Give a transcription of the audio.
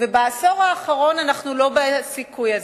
ובעשור האחרון אנחנו לא בסיכוי הזה.